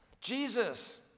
Jesus